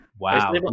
wow